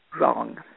wrong